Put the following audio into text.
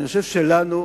אני חושב שלנו,